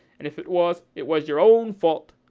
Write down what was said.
and if it was, it was your own fault.